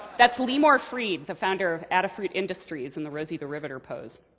that's limor fried, the founder of adafruit industries, in the rosie the riveter pose.